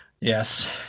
yes